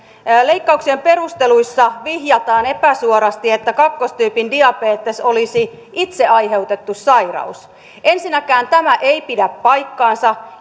leikkauksien perusteluissa vihjataan epäsuorasti että kakkostyypin diabetes olisi itse aiheutettu sairaus ensinnäkään tämä ei pidä paikkaansa